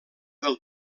del